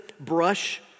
brush